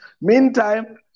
Meantime